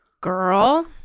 Girl